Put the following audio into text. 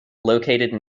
located